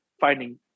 finding